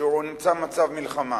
שנמצא במצב מלחמה,